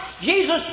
Jesus